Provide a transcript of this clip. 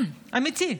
אמיתי.